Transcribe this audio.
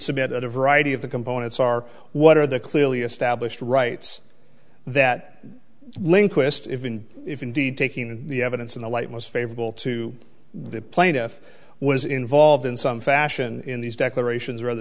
submit a variety of the components are what are the clearly established rights that link wist if in if indeed taking the evidence in the light most favorable to the plaintiff was involved in some fashion in these declarations or other